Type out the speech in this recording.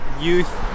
youth